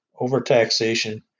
overtaxation